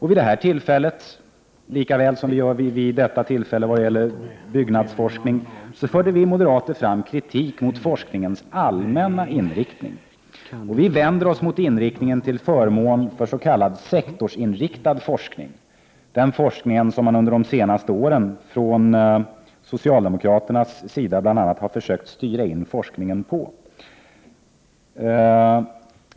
Vid detta tillfälle framförde vi moderater, lika väl som vi gör vid detta tillfälle vad gäller byggnadsforskning, kritik mot forskningens allmänna inriktning. Vi vänder oss mot inriktningen till förmån för s.k. sektorsinriktad forskning, den forskning som socialdemokraterna de senaste åren har försökt styra in på.